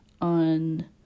on